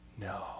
No